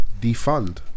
Defund